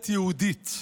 הוועדה.